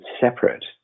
separate